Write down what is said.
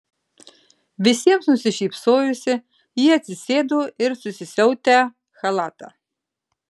visiems nusišypsojusi ji atsisėdo ir susisiautę chalatą